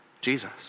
Jesus